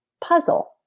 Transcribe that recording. puzzle